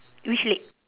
which leg